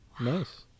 Nice